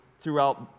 throughout